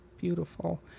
beautiful